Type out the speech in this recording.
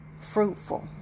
fruitful